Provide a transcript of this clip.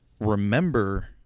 Remember